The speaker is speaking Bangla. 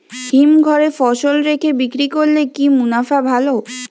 হিমঘরে ফসল রেখে বিক্রি করলে কি মুনাফা ভালো?